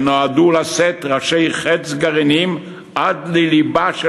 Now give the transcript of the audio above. שנועדו לשאת ראשי חץ גרעיניים עד ללבה של